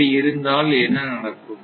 இப்படி இருந்தால் என்ன நடக்கும்